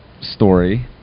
story